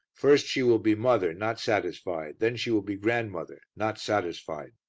first she will be mother, not satisfied then she will be grandmother, not satisfied.